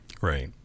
Right